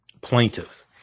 plaintiff